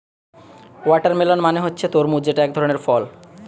watermelon মানে হচ্ছে তরমুজ যেটা একধরনের ফল